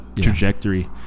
trajectory